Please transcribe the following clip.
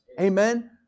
Amen